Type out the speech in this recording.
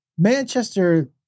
Manchester